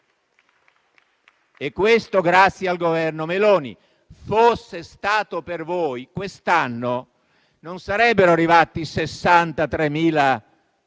Questo grazie al Governo Meloni. Fosse stato per voi, quest'anno non sarebbero arrivati 63.000